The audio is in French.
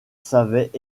savait